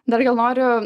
dar gal noriu